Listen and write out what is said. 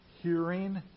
Hearing